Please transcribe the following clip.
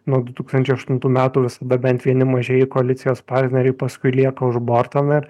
nuo du tūkstančiai aštuntų metų visada bent vieni mažieji koalicijos partneriai paskui lieka už borto bet